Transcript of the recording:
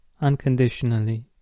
unconditionally